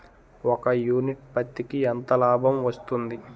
ఒక యూనిట్ పత్తికి ఎంత లాభం వస్తుంది?